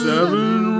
Seven